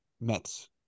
Mets